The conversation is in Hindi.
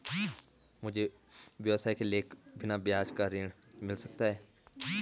मुझे व्यवसाय के लिए बिना ब्याज का ऋण मिल सकता है?